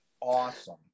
awesome